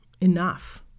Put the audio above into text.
enough